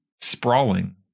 sprawling